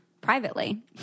privately